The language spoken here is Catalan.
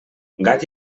gat